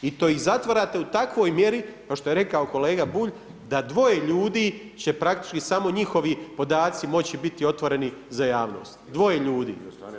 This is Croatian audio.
I to ih zatvarate u takvoj mjeri kao što je rekao Kolega Bulj, da dvoje ljudi će praktički samo njihovi podaci moći biti otvoreni za javnost, dvoje ljudi.